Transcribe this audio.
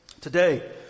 today